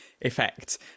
effect